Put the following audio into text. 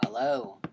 Hello